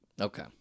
Okay